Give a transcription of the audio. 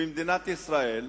שבמדינת ישראל